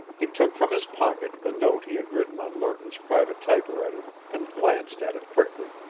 he took from his pocket the note he had written on lerton's private typewriter and glanced at it quickly.